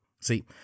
See